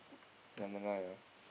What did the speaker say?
number nine ah